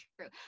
true